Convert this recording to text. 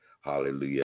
hallelujah